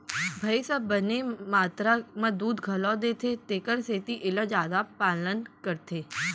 भईंस ह बने मातरा म दूद घलौ देथे तेकर सेती एला जादा पालन करथे